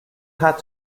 had